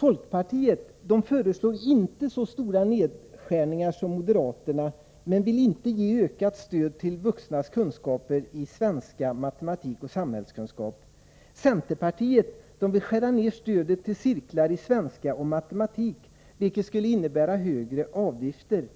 Folkpartiet föreslår inte så stora nedskärningar som moderaterna, men vill Anslag till vuxenutinte ge ökat stöd till en förbättring av vuxnas kunskaper i svenska, matematik bildning och samhällskunskap. Centerpartiet vill skära ned stödet till cirklar i svenska och matematik, vilket skulle innebära höjda avgifter.